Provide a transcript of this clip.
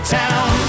town